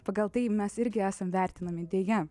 pagal tai mes irgi esam vertinami deja